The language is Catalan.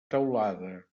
teulada